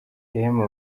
rehema